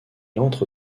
entre